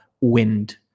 wind